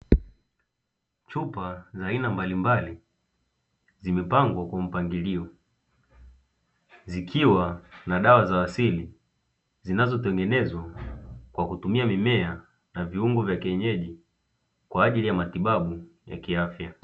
Chupa za aina mbalimbali zimepangwa kwa mpangilio zikiwa na dawa za asili zinazotengenezwa kwa kutumia mimea na viungo vya kienyeji kwa ajili ya matibabu ya kiafya.